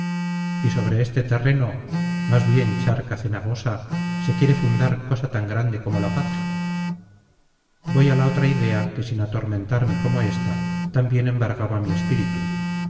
y sobre ese terreno más bien charca cenagosa se quiere fundar cosa tan grande como la paz voy a la otra idea que sin atormentarme como esta también embargaba mi espíritu